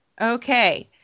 Okay